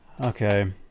Okay